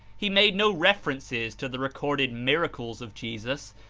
he made no references to the recorded miracles of jesus,